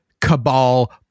cabal